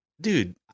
dude